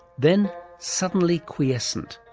then suddenly quiescent.